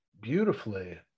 beautifully